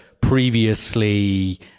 previously